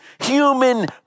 human